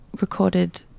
recorded